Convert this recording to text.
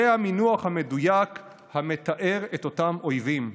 זה המינוח המדויק המתאר את אותם אויבים.